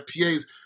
PAs